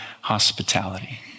hospitality